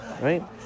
Right